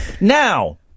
Now